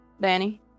Danny